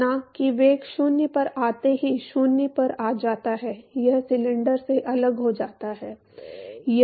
इतना कि वेग 0 पर आते ही 0 पर आ जाता है यह सिलेंडर से अलग हो जाता है